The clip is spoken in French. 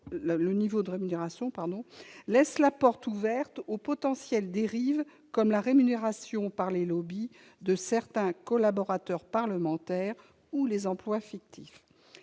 le niveau de rémunération laisse la porte ouverte aux potentielles dérives, comme la rémunération par les lobbys de certains collaborateurs ou les emplois fictifs.